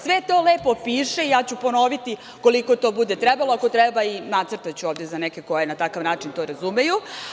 Sve to lepo piše i ja ću ponoviti koliko to bude trebalo, a ako treba i nacrtaću ovde za neke koji na takav način to razumeju.